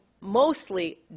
mostly